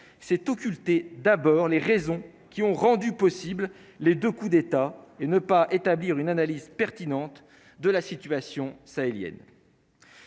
c'est occulter d'abord les raisons qui ont rendu possible les de coups d'État et ne pas établir une analyse pertinente de la situation sahélienne,